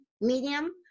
medium